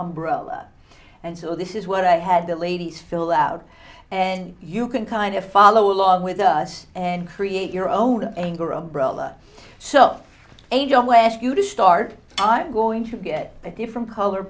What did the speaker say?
umbrella and so this is what i had the ladies fill out and you can kind of follow along with us and create your own anger umbrella so a new way ask you to start i'm going to get a different color